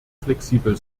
flexibel